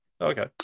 Okay